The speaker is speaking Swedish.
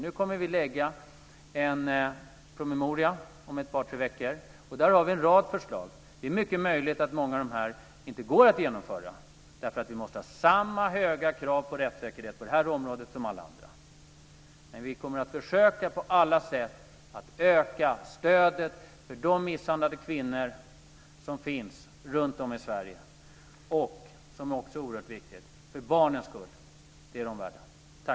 Nu kommer vi att lägga fram en promemoria om ett par tre veckor. Där har vi en rad förslag. Det är mycket möjligt att många av dem inte går att genomföra, eftersom vi måste ha samma höga krav på rättssäkerhet på det här området som på alla andra. Men vi kommer att försöka på alla sätt att öka stödet till de misshandlade kvinnor som finns runtom i Sverige. Detta är också oerhört viktigt för barnens skull. Det är de värda.